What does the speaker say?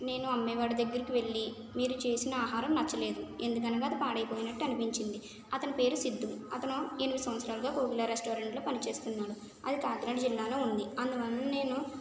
నేను అమ్మేవాడి దగ్గరకు వెళ్ళి మీరు చేసిన ఆహారం నచ్చలేదు ఎందుకనగా అది పాడైపోయినట్టు అనిపించింది అతని పేరు సిద్దు అతను ఎనిమిది సంవత్సరాలుగా కోకిల రెస్టారెంటులో పనిచేస్తున్నాను అది కాకినాడ జిల్లాలో ఉంది అందువలన నేను